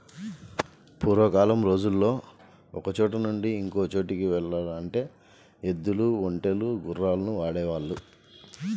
పూర్వకాలం రోజుల్లో ఒకచోట నుంచి ఇంకో చోటుకి యెల్లాలంటే ఎద్దులు, ఒంటెలు, గుర్రాల్ని వాడేవాళ్ళు